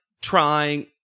trying